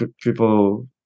people